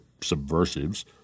subversives